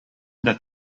that